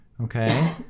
Okay